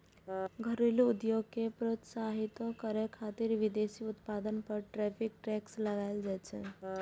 घरेलू उद्योग कें प्रोत्साहितो करै खातिर विदेशी उत्पाद पर टैरिफ टैक्स लगाएल जाइ छै